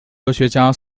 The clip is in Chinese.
哲学家